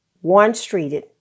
one-streeted